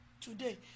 today